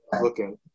looking